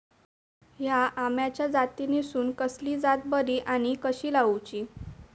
हया आम्याच्या जातीनिसून कसली जात बरी आनी कशी लाऊची?